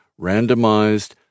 randomized